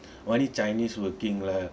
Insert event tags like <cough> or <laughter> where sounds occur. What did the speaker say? <breath> only chinese working lah